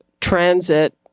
transit